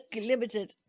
Limited